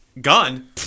gun